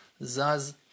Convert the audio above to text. zaz